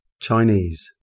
Chinese